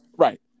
right